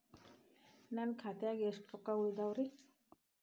ನನ್ನ ಖಾತೆದಾಗ ಎಷ್ಟ ರೊಕ್ಕಾ ಉಳದಾವ್ರಿ?